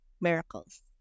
miracles